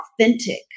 authentic